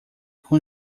com